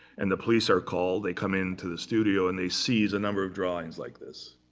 and the police are called. they come into the studio. and they seize a number of drawings like this,